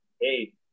Hey